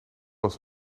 was